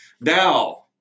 Now